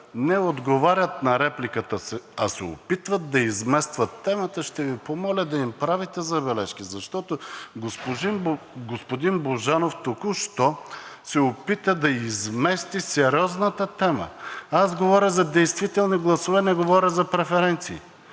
не отговарят на репликата, а се опитват да изместват, ще Ви помоля да им правите забележка, защото господин Божанов току що се опита да измести сериозната тема. Аз говоря за действителни гласове, а не говоря за преференции,